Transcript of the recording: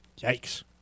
Yikes